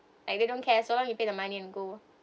like they don't care so long you pay the money and go